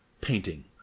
painting